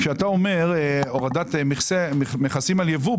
כשאתה אומר הורדת מכסים על ייבוא,